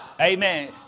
Amen